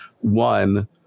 one